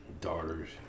daughter's